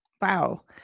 Wow